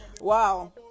wow